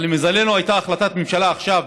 אבל למזלנו הייתה החלטת ממשלה עכשיו,